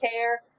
care